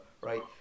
right